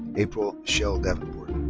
april michelle davenport.